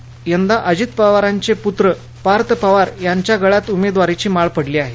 मात्र यदा अजित पवारांचे पुत्र पार्थ पवार यांच्या गळ्यात उमेदवारीची माळ पडली आहे